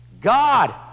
God